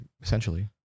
essentially